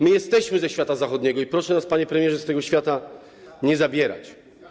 My jesteśmy ze świata zachodniego i proszę nas, panie premierze, z tego świata nie zabierać.